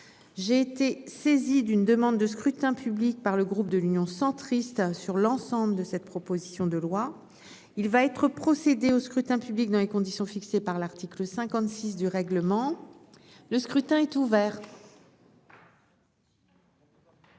J'ai été saisi d'une demande de scrutin public par le groupe de l'Union centriste. Sur l'ensemble de cette proposition de loi. Il va être procédé au scrutin public dans les conditions fixées par l'article 56 du règlement. Le scrutin est ouvert.